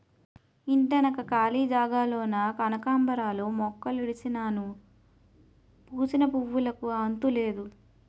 ఇంటెనక కాళీ జాగాలోన కనకాంబరాలు మొక్కలుడిసినాను పూసిన పువ్వులుకి అంతులేదు